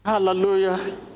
Hallelujah